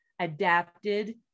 adapted